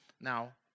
Now